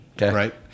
right